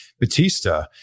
Batista